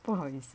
不好意思